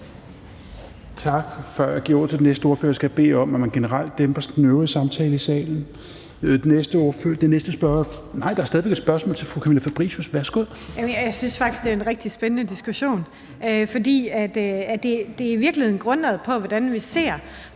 før jeg giver ordet til den næste, skal jeg bede om, at man generelt dæmper den øvrige samtale i salen. Jeg ser nu, at der er endnu et spørgsmål til fru Camilla Fabricius. Værsgo. Kl. 17:00 Camilla Fabricius (S): Jeg synes faktisk, det er en rigtig spændende diskussion, for det er i virkeligheden grundlaget for, hvordan vi ser